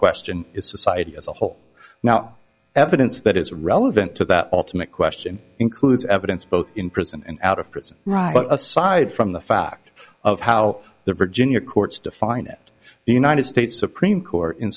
question is society as a whole now evidence that is relevant to that ultimate question includes evidence both in prison and out of prison aside from the fact of how the virginia courts define it the united states supreme court in